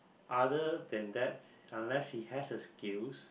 other than that unless he has a skills